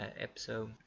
episode